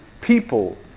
People